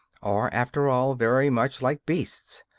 are, after all, very much like beasts,